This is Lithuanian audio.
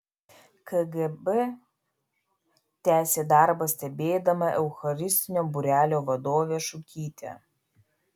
kgb tęsė darbą stebėdama eucharistinio būrelio vadovę šukytę